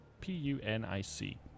P-U-N-I-C